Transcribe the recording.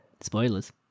Spoilers